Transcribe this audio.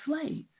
slaves